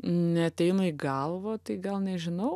neateina į galvą tai gal nežinau